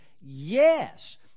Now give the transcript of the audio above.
yes